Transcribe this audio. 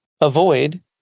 avoid